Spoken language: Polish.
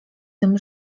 tym